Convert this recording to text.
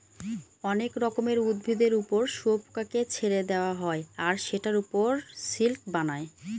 অনেক রকমের উদ্ভিদের ওপর শুয়োপোকাকে ছেড়ে দেওয়া হয় আর সেটার ওপর সিল্ক বানায়